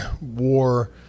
war